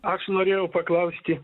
aš norėjau paklausti